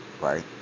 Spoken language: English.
right